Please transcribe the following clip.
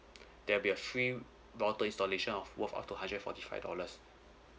there will be free router installation of worth of two hundred and forty five dollars